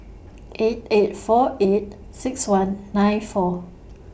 eight eight four eight six one nine four